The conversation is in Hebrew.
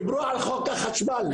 דיברו על חוק החשמל,